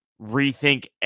rethink